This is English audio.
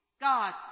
God